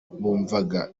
bumvaga